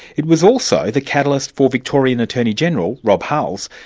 it was also the catalyst for victorian attorney-general, rob hulls,